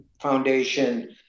Foundation